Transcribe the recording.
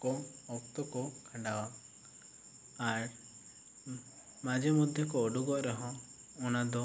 ᱠᱚ ᱚᱠᱛᱚ ᱠᱚ ᱠᱷᱟᱸᱰᱟᱣᱟ ᱟᱨ ᱢᱟᱡᱷᱮ ᱢᱚᱫᱷᱫᱮ ᱠᱚ ᱚᱰᱚᱜᱚᱜ ᱨᱮᱦᱚᱸ ᱚᱱᱟ ᱫᱚ